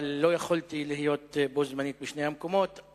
אבל לא יכולתי להיות בשני המקומות בו-בזמן.